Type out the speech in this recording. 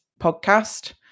podcast